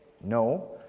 No